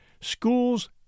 Schools